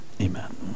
Amen